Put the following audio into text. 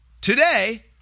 Today